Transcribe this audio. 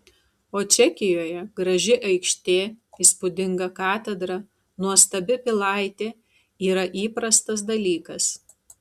o čekijoje graži aikštė įspūdinga katedra nuostabi pilaitė yra įprastas dalykas